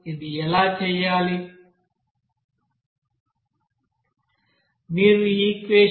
ఇది ఎలా చెయ్యాలి